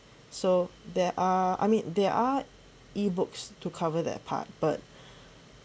so there are I mean there are E books to cover that part but